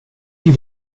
die